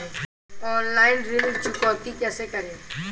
Online ऋण चुकौती कैसे करें?